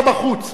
אתה בחוץ.